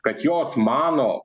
kad jos mano